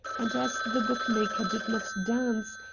and as the bookmaker did not dance,